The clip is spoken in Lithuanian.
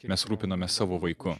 mes rūpinomės savo vaiku